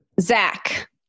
Zach